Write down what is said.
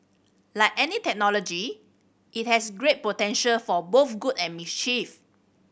like any technology it has great potential for both good and mischief